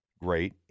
great